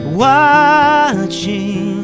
watching